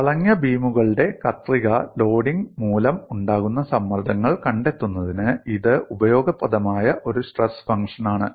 വളഞ്ഞ ബീമുകളുടെ കത്രിക ലോഡിംഗ് മൂലം ഉണ്ടാകുന്ന സമ്മർദ്ദങ്ങൾ കണ്ടെത്തുന്നതിന് ഇത് ഉപയോഗപ്രദമായ ഒരു സ്ട്രെസ് ഫംഗ്ഷനാണ്